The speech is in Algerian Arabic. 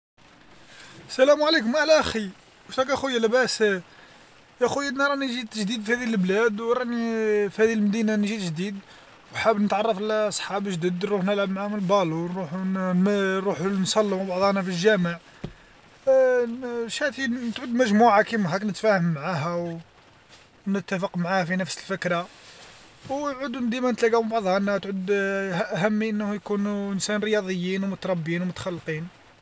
السلام عليكم أهلا أخي، واش راك اخويا لاباس؟ يا خويا أنا راني جيت جديد ثانني للبلاد وراني فهذ المدينة نجي الجديد، وحاب نتعرف على صحابي جداد نروح نلعب معاهم البالو نروح رحو ن- نروحو نصليو مع بعضنا فالجامع، شاتين تعود مجموعة كيما هاك نتفاهم معاها أو نتفق معاه في نفس الفكرة أو نعدو ديما نتلقاو مع بعضنا تعود ه- همين انه يكونو إنسان رياضيين ومتربين ومتخلقين.